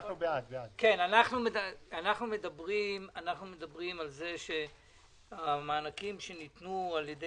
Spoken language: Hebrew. אנחנו מדברים על זה שהמענקים, שניתנו על-ידי